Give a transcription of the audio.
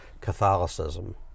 Catholicism